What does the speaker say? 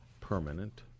permanent